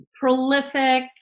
prolific